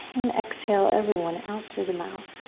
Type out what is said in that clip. and exhale everyone, out through the mouth.